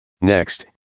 Next